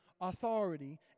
authority